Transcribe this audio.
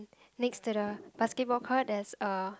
next to the basketball court there is a